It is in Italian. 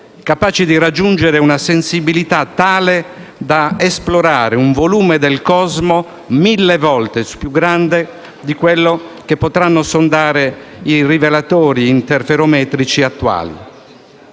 capace di raggiungere una sensibilità tale da esplorare un volume del cosmo 1.000 volte più grande di quello che potranno sondare i rivelatori interferometrici attuali.